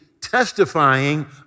testifying